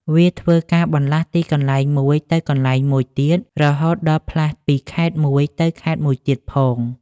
វាធ្វើការបន្លាស់ទីកន្លែងមួយទៅទីកន្លែងមួយទៀត រហូតដល់ផ្លាស់ពីខេត្តមួយទៅខេត្តមួយទៀតផង ។